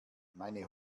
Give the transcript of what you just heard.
meine